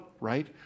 right